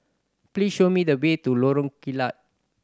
please show me the way to Lorong Kilat